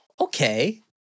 okay